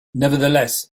nevertheless